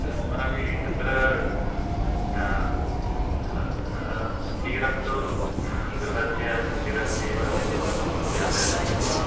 अस्माभिः अत्र क्षीरं तु गृहस्य क्षीरस्य एव उपयोगः क्रियते